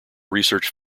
research